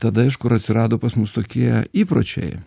tada iš kur atsirado pas mus tokie įpročiai